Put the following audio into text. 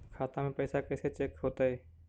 खाता में पैसा कैसे चेक हो तै?